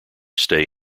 stay